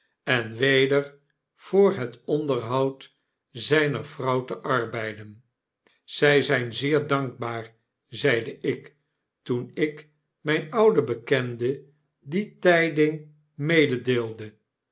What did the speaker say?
en weder voor het onderhoud zyner vrouw te arbeiden zy zijn zeer dankbaar zeide ik toen ik myn ouden bekende die